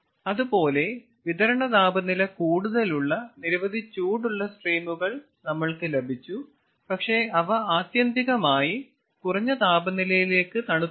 അതുപോലെ വിതരണ താപനില കൂടുതലുള്ള നിരവധി ചൂടുള്ള സ്ട്രീമുകൾ നമ്മൾക്ക് ലഭിച്ചു പക്ഷേ അവ ആത്യന്തികമായി കുറഞ്ഞ താപനിലയിലേക്ക് തണുപ്പിക്കണം